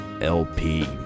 LP